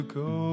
go